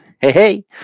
hey